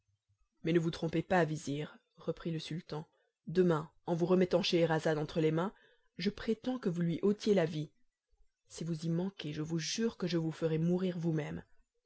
mais ne vous trompez pas vizir reprit le sultan demain en vous remettant scheherazade entre les mains je prétends que vous lui ôtiez la vie si vous y manquez je vous jure que je vous ferai mourir vous-même